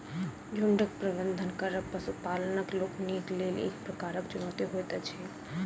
झुंडक प्रबंधन करब पशुपालक लोकनिक लेल एक प्रकारक चुनौती होइत अछि